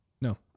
no